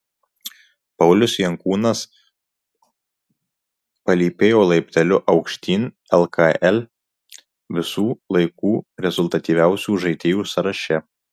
paulius jankūnas palypėjo laipteliu aukštyn lkl visų laikų rezultatyviausių žaidėjų sąraše